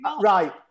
Right